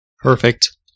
Perfect